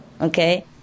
Okay